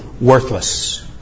worthless